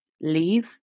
leave